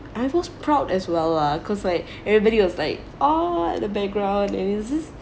I was proud as well lah cause like everybody was like !aww! the background and it's just